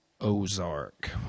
Ozark